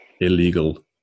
illegal